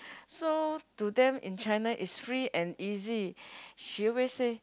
so to them in China is free and easy she always say